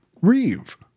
Reeve